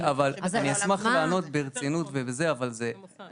אמיתי, אני